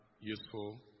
useful